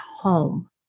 home